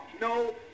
no